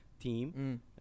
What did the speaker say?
team